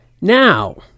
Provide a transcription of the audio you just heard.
Now